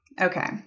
Okay